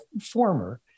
former